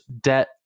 debt